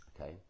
Okay